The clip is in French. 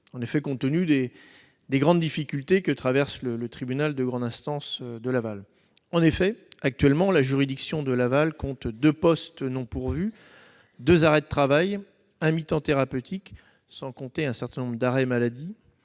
et compte tenu des grandes difficultés que connaît le tribunal de grande instance de Laval. Actuellement, la juridiction de Laval compte deux postes non pourvus, deux personnels en arrêt de travail, un mi-temps thérapeutique, sans compter un certain nombre d'arrêts maladie.